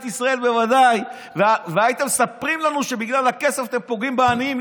ישראל והייתם מספרים לנו שבגלל הכסף אתם פוגעים בעניים,